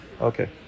Okay